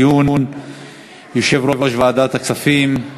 בסופו של יום להבשלת החוק ולאישורו בוועדת הכלכלה של הכנסת.